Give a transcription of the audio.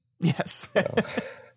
Yes